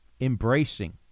embracing